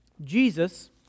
Jesus